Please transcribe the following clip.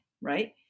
right